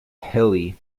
hilly